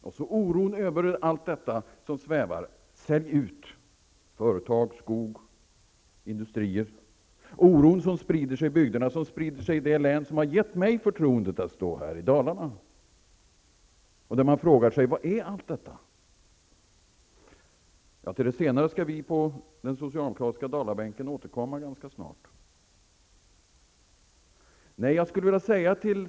Det finns en oro över allt detta som svävar, över talet om att företag, skog och industrier skall säljas ut. Oron sprider sig i bygderna, den sprider sig i det län som har givit mig förtroendet att stå här, Dalarna. Man frågar sig där: Vad är allt detta? Till det senare skall vi på den socialdemokratiska dalabänken återkomma ganska snart.